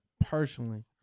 Personally